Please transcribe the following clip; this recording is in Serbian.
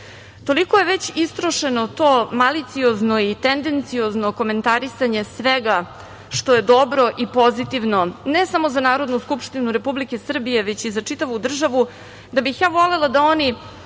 je već istrošeno to maliciozno i tendenciozno komentarisanje svega što je dobro i pozitivno, ne samo za Narodnu skupštinu Republike Srbije, već i za čitavu državu da bih volela da oni